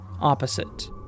opposite